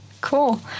Cool